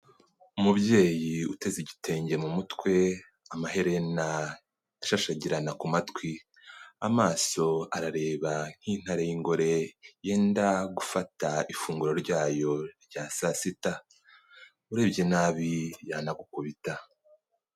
Umubyeyi uteze igitenge mu mutwe, amaherena ashashagirana ku matwi. Amaso arareba nk'intare y'ingore, yenda gufata ifunguro ryayo rya saa sita. Urebye nabi yanagukubita.